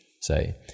say